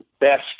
best